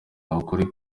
ukuri